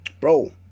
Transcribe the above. Bro